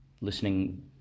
listening